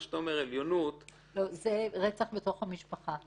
אני לא רואה בזה דבר חיובי.